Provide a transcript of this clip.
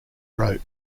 wrote